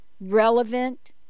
relevant